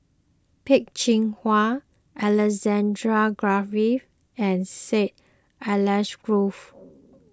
Peh Chin Hua Alexander Guthrie and Syed Alsagoff